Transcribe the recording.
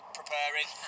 preparing